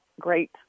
great